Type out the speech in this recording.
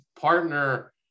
partner